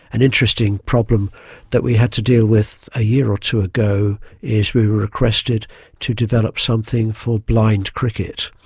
an interesting problem that we had to deal with a year or two ago is we were requested to develop something for blind cricket.